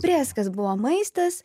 prėskas buvo maistas